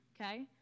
okay